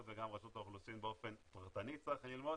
וגם רשות האוכלוסין באופן פרטני צריך ללמוד,